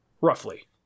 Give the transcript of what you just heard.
Roughly